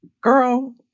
girl